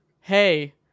hey